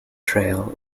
trail